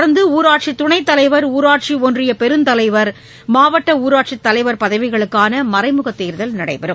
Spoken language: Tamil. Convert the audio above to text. தொடர்ந்துஊராட்சிதுணைத்தலைவர் அகனைத் ஊராட்சிஒன்றியபெருந்தலைவா் மாவட்ட ஊராட்சிதலைவர் பதவிகளுக்கானமறைமுகதேர்தல் நடைபெறும்